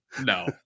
no